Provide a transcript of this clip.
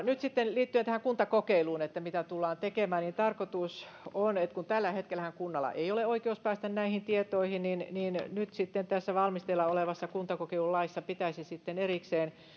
nyt sitten liittyen tähän kuntakokeiluun mitä tullaan tekemään niin tarkoitus on että kun tällä hetkellähän kunnalla ei ole oikeutta päästä näihin tietoihin niin niin nyt sitten tässä valmisteilla olevassa kuntakokeilulaissa pitäisi erikseen